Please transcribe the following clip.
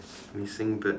missing bird